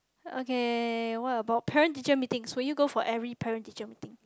okay what about parent teacher meetings would you go for every parent teacher meeting